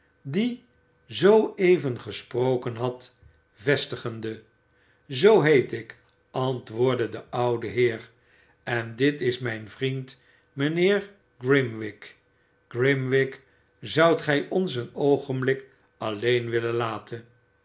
die zoo even gesproken had vestigende zoo heet ik antwoordde de oude heer en dit is mijn vriend mijnheer orimwig qrimwig zoudt gij ons een oogenblik alleen willen laten